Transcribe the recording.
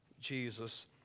Jesus